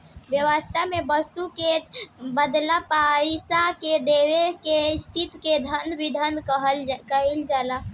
बेवस्था में बस्तु के बदला पईसा देवे के स्थिति में धन बिधि में कइल जाला